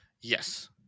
Yes